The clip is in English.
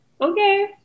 Okay